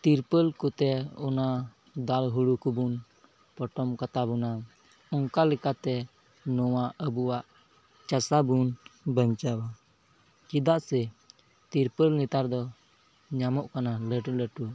ᱛᱤᱨᱯᱚᱞ ᱠᱚᱛᱮ ᱚᱱᱟ ᱫᱟᱞ ᱦᱩᱲᱩ ᱠᱚᱵᱚᱱ ᱯᱚᱴᱚᱢ ᱠᱟᱛᱟ ᱵᱚᱱᱟ ᱚᱱᱠᱟ ᱞᱮᱠᱟᱛᱮ ᱱᱚᱣᱟ ᱟᱵᱚᱣᱟᱜ ᱪᱟᱥᱟ ᱵᱚᱱ ᱵᱟᱧᱪᱟᱣᱟ ᱪᱮᱫᱟᱜ ᱥᱮ ᱛᱤᱨᱯᱚᱞ ᱱᱮᱛᱟᱨ ᱫᱚ ᱧᱟᱢᱚᱜ ᱠᱟᱱᱟ ᱞᱟᱹᱴᱩ ᱞᱟᱹᱴᱩ